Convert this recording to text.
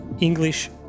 English